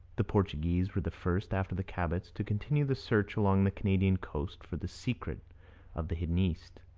the portuguese were the first after the cabots to continue the search along the canadian coast for the secret of the hidden east.